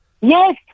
Yes